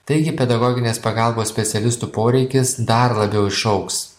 taigi pedagoginės pagalbos specialistų poreikis dar labiau išaugs